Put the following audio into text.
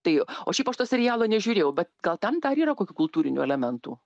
tai o šiaip aš to serialo nežiūrėjau bet gal ten dar yra kokių kultūrinių elementų